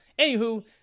Anywho